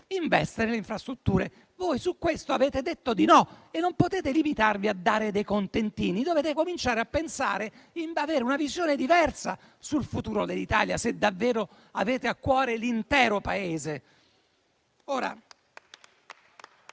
investe nelle infrastrutture. Voi su questo avete detto di no e non potete limitarvi a dare dei contentini. Dovete cominciare a pensare avendo una visione diversa sul futuro dell'Italia, se davvero avete a cuore l'intero Paese.